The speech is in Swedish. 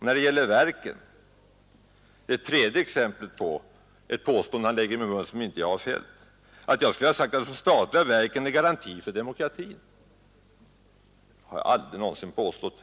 När det gäller verken har vi det tredje exemplet på ett påstående som herr Svanberg lägger i min mun och som jag inte har fällt. Att de statliga verken är garantin för demokratin har jag aldrig någonsin påstått.